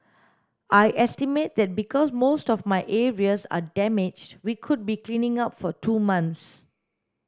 I estimate that because most of my areas are damaged we could be cleaning up for two months